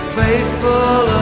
faithful